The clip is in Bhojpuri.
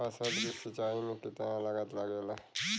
फसल की सिंचाई में कितना लागत लागेला?